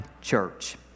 church